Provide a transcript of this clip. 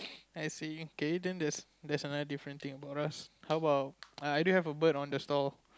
I see K then there's there's a another different thing about us how about I I do have a bird on the stall